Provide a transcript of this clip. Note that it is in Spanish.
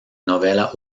novela